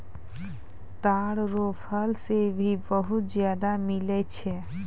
ताड़ रो फल से भी बहुत ज्यादा मिलै छै